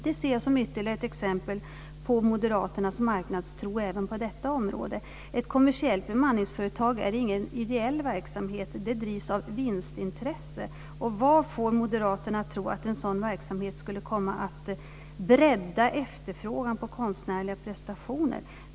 Jag ser detta som ett ytterligare exempel på moderaternas marknadstro även på detta område. Ett kommersiellt bemanningsföretag är ingen ideell verksamhet. Det drivs av vinstintresse. Vad får moderaterna att tro att en sådan verksamhet skulle komma att bredda efterfrågan på konstnärliga prestationer?